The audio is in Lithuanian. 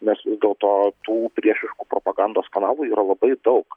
nes vis dėlto tų priešiškų propagandos kanalų yra labai daug